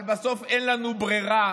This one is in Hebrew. אבל בסוף אין לנו ברירה